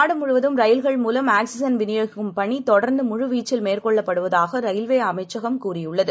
நாடுமுழுவதும்ரயில்கள்மூலம்ஆக்சிஜன்விநியோகிக்கும்பணிதொடர்ந்துமுழு வீச்சில்மேற்கொள்ளப்படுவதாகரயில்வேஅமைச்சகம்கூறியுள்ளது